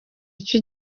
iki